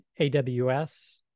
AWS